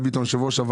113ג ו-131(א)